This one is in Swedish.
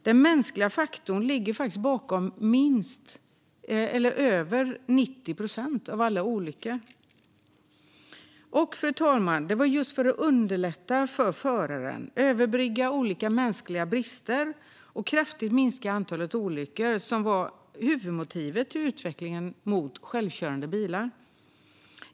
Den mänskliga faktorn ligger faktiskt bakom över 90 procent av alla olyckor. Fru talman! Huvudmotivet till utvecklingen av självkörande bilar var just att man ville underlätta för föraren, överbrygga olika mänskliga brister och kraftigt minska antalet olyckor.